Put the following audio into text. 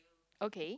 okay